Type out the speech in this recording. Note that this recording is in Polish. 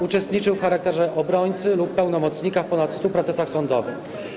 Uczestniczył w charakterze obrońcy lub pełnomocnika w ponad 100 procesach sądowych.